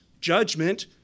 judgment